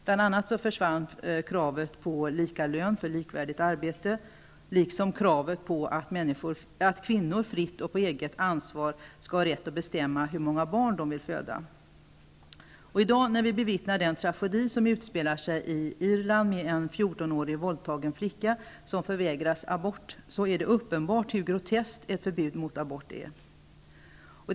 Bl.a. försvann kravet på lika lön för likvärdigt arbete, liksom kravet på att kvinnor fritt och på eget ansvar skall ha rätt att bestämma hur många barn de vill föda. När vi i dag bevittnar den tragedi som utspelar sig i Irland, där en 14-årig våldtagen flicka förvägras abort, är det uppenbart hur groteskt ett förbud mot abort är.